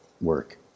work